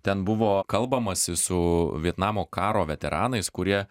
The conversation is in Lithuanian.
ten buvo kalbamasi su vietnamo karo veteranais kurie